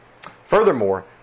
Furthermore